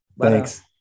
Thanks